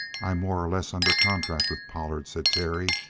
i'm more or less under contract with pollard, said terry.